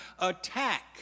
attack